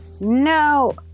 no